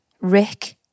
Rick